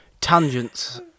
tangents